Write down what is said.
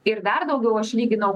ir dar daugiau aš lyginau